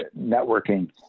networking